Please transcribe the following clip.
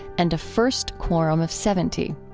and a first quorum of seventy.